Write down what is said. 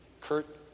Kurt